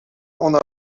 ona